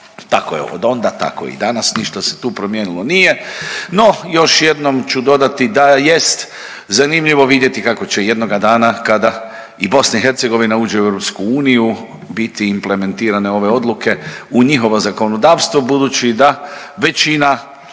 tako je od onda tako je i danas ništa se tu promijenilo nije. No još jednom ću dodati da jest zanimljivo vidjeti kako će jednoga dana kada i BiH uđe u EU biti implementirane ove odluke u njihovo zakonodavstvo budući da većina